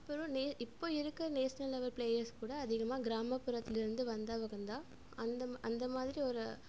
அப்புறம் நே இப்போ இருக்கற நேஷ்னல் லெவல் பிளேயர்ஸ் கூட அதிகமாக கிராமப்புறத்துலேருந்து வந்தவர்கள் தான் அந்த அந்த மாதிரி ஒரு